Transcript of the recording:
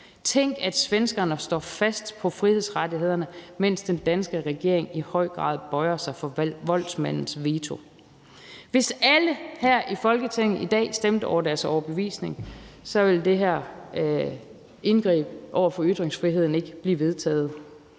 Tænk, at svenskerne står fast på frihedsrettighederne, mens den danske regering i høj grad bøjer sig for voldsmandens veto. Hvis alle her i Folketinget i dag stemte efter deres overbevisning, ville det her indgreb over for ytringsfriheden ikke blive vedtaget.